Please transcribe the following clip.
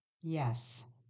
Yes